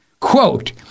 Quote